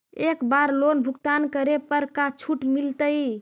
एक बार लोन भुगतान करे पर का छुट मिल तइ?